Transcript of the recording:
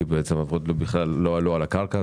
כי בעצם הם בכלל לא עלו על הקרקע,